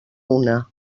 una